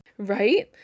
Right